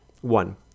One